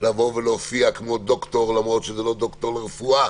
להופיע כמו דוקטור למרות שזה לא דוקטור לרפואה